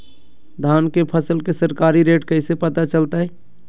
धान के फसल के सरकारी रेट कैसे पता चलताय?